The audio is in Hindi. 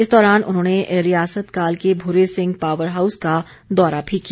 इस दौरान उन्होंने रियासत काल के भूरि सिंह पावर हाउस का दौरा भी किया